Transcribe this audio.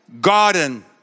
garden